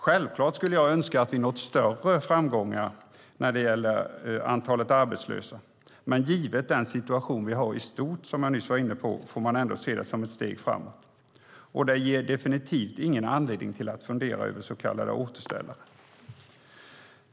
Självklart skulle jag önska att vi nått större framgångar när det gäller antalet arbetslösa, men givet den situation vi har i stort, som jag nyss var inne på, får man ändå se det som ett steg framåt. Och det ger definitivt ingen anledning att fundera över så kallade återställare.